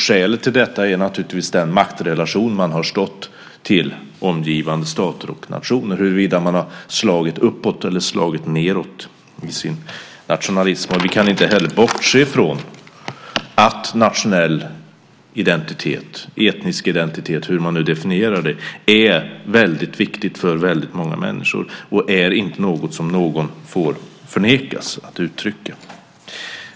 Skälet till detta är den maktrelation som man har haft till omgivande stater och nationer och huruvida som man har slagit uppåt eller slagit nedåt i sin nationalism. Vi kan inte heller bortse från att nationell identitet, etnisk identitet, hur man nu definierar detta, är väldigt viktigt för väldigt många människor och inte är något som någon får förnekas att uttrycka.